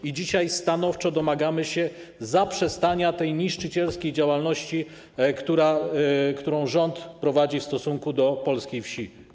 I dzisiaj stanowczo domagamy się zaprzestania tej niszczycielskiej działalności, którą rząd prowadzi w stosunku do polskiej wsi.